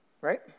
right